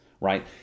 right